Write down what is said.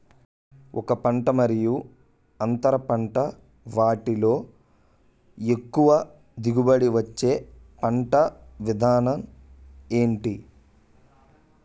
ఒక పంట మరియు అంతర పంట వీటిలో ఎక్కువ దిగుబడి ఇచ్చే పంట విధానం ఏంటి?